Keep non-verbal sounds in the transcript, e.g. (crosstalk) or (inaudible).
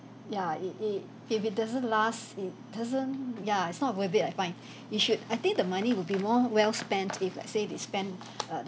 ya it it if it doesn't last it doesn't ya it's not worth it I find (breath) you should I think the money will be more well spent if let's say they spend err